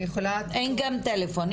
אני יכולה -- אין גם טלפון,